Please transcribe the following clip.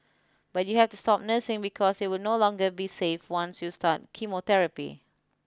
but you have to stop nursing because it will no longer be safe once you start chemotherapy